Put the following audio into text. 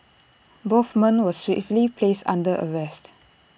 both men were swiftly placed under arrest